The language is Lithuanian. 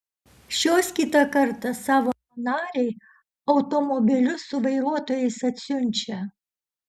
šios kitą kartą savo narei automobilius su vairuotojais atsiunčia